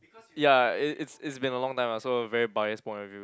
ya it it's it's been a long time ah so very biased point of view